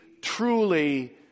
truly